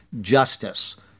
justice